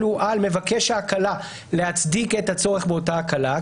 הוא על מבקש ההקלה להצדיק את הצורך באותה הקלה,